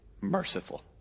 merciful